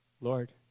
Lord